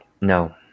No